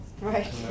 Right